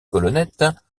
colonnettes